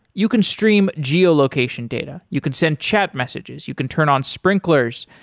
you can stream geo-location data, you can send chat messages, you can turn on sprinklers,